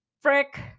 Frick